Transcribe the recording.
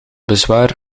bezwaar